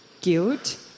guilt